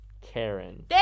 karen